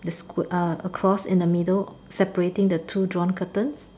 the sq uh across in the middle separating the two drawn curtains